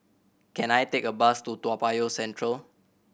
can I take a bus to Toa Payoh Central